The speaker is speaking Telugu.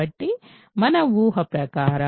కాబట్టి మన ఊహ ప్రకారం